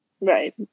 Right